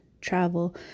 travel